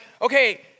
okay